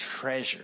treasure